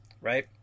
Right